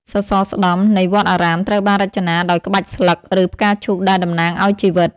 សសរស្ដម្ភ នៃវត្តអារាមត្រូវបានរចនាដោយក្បាច់ស្លឹក ឬផ្កាឈូកដែលតំណាងឱ្យជីវិត។